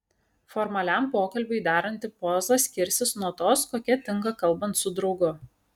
formaliam pokalbiui deranti poza skirsis nuo tos kokia tinka kalbant su draugu